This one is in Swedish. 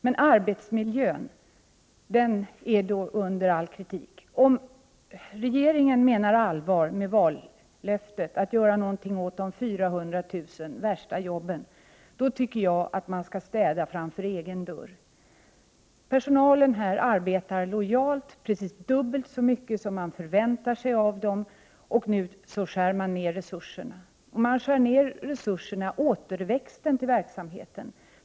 Men arbetsmiljön är under all kritik. Om regeringen menar allvar med vallöftet att göra någonting åt de 400 000 värsta jobben, tycker jag att man skall städa framför egen dörr. Personalen på rättsläkarstationen arbetar lojalt, precis dubbelt så mycket som man förväntar sig av den. Men nu skär man ner resurserna. Samtidigt skär man ner resursen för återväxten.